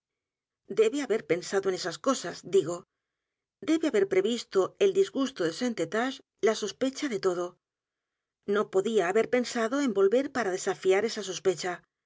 debe haber pensado en esas cosas digo debe haber previsto el disgusto de st eustache la sospecha de todo no podía haber pensado en volver para desafiar esa sospecha